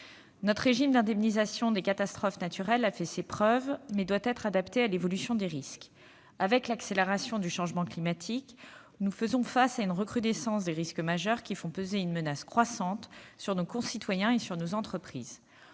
Notre régime d'indemnisation des catastrophes naturelles a fait ses preuves, mais doit être adapté à l'évolution des risques. Avec l'accélération du changement climatique, nous affrontons une recrudescence des risques majeurs, qui font peser une menace croissante sur nos concitoyens et sur nos entreprises.